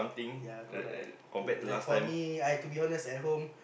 ya correct l~ like for me I've to be honest at home